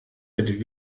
mit